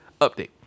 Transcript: Update